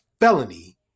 felony